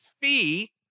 fee